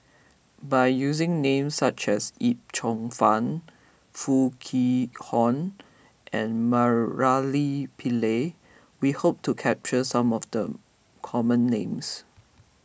by using names such as Yip Cheong Fun Foo Kwee Horng and Murali Pillai we hope to capture some of the common names